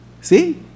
See